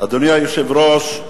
אדוני היושב-ראש,